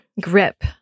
grip